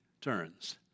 turns